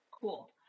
Cool